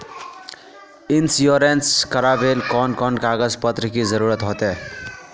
Insurance करावेल कोन कोन कागज पत्र की जरूरत होते?